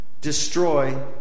destroy